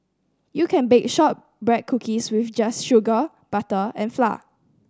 you can bake shortbread cookies with just sugar butter and flour